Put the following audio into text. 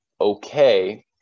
okay